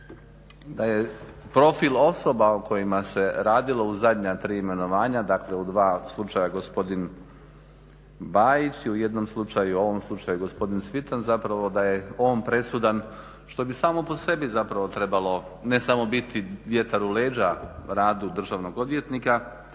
da je profil osoba o kojima se radilo u zadnja tri imenovanja, dakle u dva slučaja gospodin Bajić i u jednom slučaju, ovom slučaju gospodin Cvitan zapravo da je on presudan što bi samo po sebi zapravo trebalo ne samo biti vjetar u leđa radu državnog odvjetnika